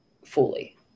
Fully